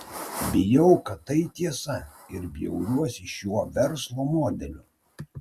bijau kad tai tiesa ir bjauriuosi šiuo verslo modeliu